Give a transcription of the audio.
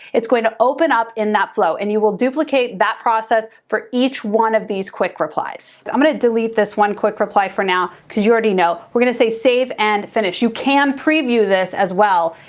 it's going to open up in that flow and you will duplicate that process for each one of these quick replies. i'm gonna delete this one quick reply for now cause you already know. we're gonna say save and finish. you can preview this as well,